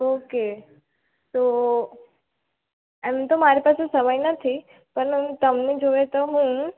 okay તો એમ તો મારી પાસે સમય નથી પણ તમને જોઈએ તો હું